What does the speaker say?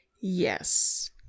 Yes